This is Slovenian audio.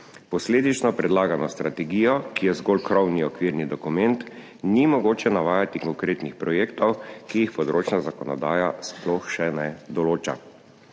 Posledično v predlagani strategiji, ki je zgolj krovni okvirni dokument, ni mogoče navajati konkretnih projektov, ki jih področna zakonodaja sploh še ne določa.